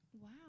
Wow